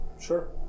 Sure